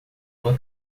uma